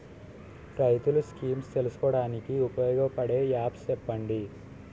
రైతులు స్కీమ్స్ తెలుసుకోవడానికి ఉపయోగపడే యాప్స్ చెప్పండి?